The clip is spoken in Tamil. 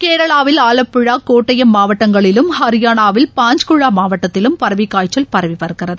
கேரளாவில் ஆலப்புழா கோட்டைபம் மாவட்டங்களிலும் ஹரியானாவில் பாஞ்குழா மாவட்டத்திலும் பறவைக்காய்ச்சல் பரவி வருகிறது